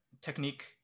technique